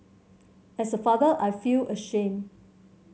as a father I feel ashamed